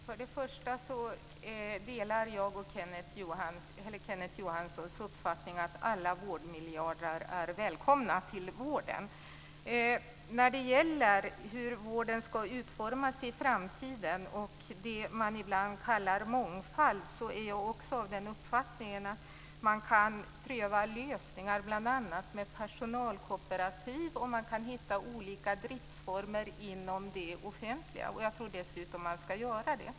Fru talman! Jag delar Kenneth Johanssons uppfattning att alla vårdmiljarder är välkomna till vården. När det gäller hur vården ska utformas i framtiden, och det man ibland kallar mångfald, är jag också av den uppfattningen att man kan pröva lösningar med bl.a. personalkooperativ och man kan hitta olika driftsformer inom det offentliga, och jag tror dessutom att man ska göra det.